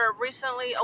recently